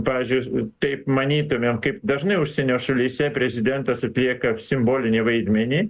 pavyzdžiui taip manytumėm kaip dažnai užsienio šalyse prezidentas atlieka simbolinį vaidmenį